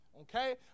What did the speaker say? Okay